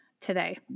today